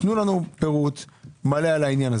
תנו לנו פירוט מלא בעניין.